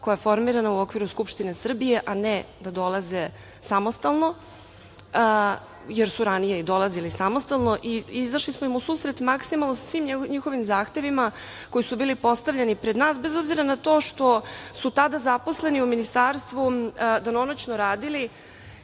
koja je formirana u okviru Skupštine Srbije, a ne da dolaze samostalno, jer su ranije i dolazili samostalno. Izašli smo im u susret maksimalno sa svim njihovim zahtevima koji su bili postavljeni pred nas, bez obzira na to što su tada zaposleni u Ministarstvu danonoćno radili